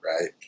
right